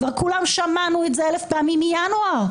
כבר כולנו שמענו את זה אלף פעמים מינואר.